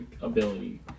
ability